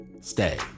Stay